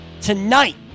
tonight